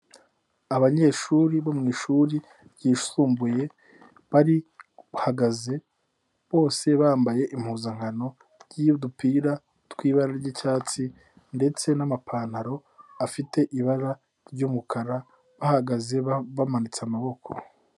Abanyeshuri bo mu ishuri ryisumbuye bari bahagaze bose bambaye impuzankano y'udupira tw'ibara ry'icyatsi ndetse n'amapantaro afite ibara ry'umukara, bahagaze bamanitse amaboko.